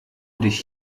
dich